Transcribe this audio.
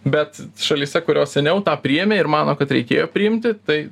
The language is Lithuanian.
bet šalyse kurios seniau tą priėmė ir mano kad reikėjo priimti tai